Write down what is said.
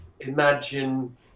imagine